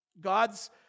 God's